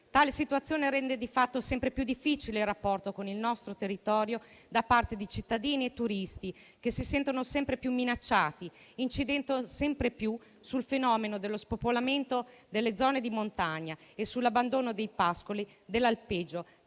Tale situazione rende di fatto sempre più difficile il rapporto con il nostro territorio da parte di cittadini e turisti, che si sentono sempre più minacciati, incidendo sempre più sul fenomeno dello spopolamento delle zone di montagna e sull'abbandono dei pascoli dell'alpeggio,